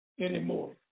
anymore